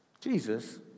Jesus